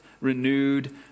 Renewed